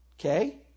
Okay